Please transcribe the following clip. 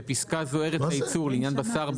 בפסקה זו "ארץ הייצור" לעניין בשר,